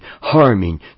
harming